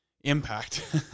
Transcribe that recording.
impact